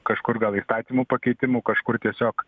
kažkur gal įstatymų pakeitimų kažkur tiesiog